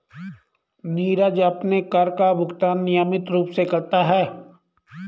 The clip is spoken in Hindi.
नीरज अपने कर का भुगतान नियमित रूप से करता है